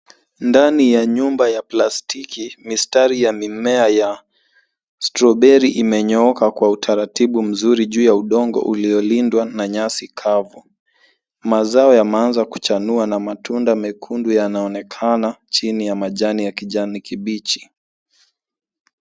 Ndani ya nyumba ya plastiki, mistari ya mimea ya strawberry imenyooka kwa utaratibu mzuri juu ya udongo uliolindwa na nyasi kavu. Mazao yameanza kuchanua na matunda mekundu yanaonekana chini ya majani ya kijani kibichi.